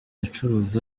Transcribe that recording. acuruza